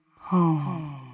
home